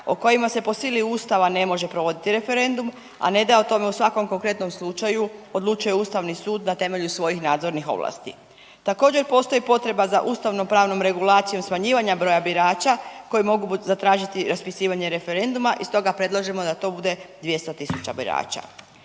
o kojima se po sili Ustava ne može provoditi referendum, a ne da u o tome u svakom konkretnom slučaju odlučuje Ustavni sud na temelju svojih nadzornih ovlasti. Također postoji potreba za ustavno pravnom regulacijom smanjivanja broja birača koji mogu zatražiti raspisivanje referenduma i stoga predlažemo da to bude 200.000 birača.